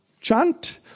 chant